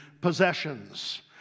possessions